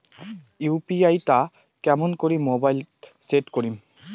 UPI টা কেমন করি মোবাইলত সেট করিম?